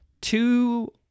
two